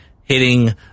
hitting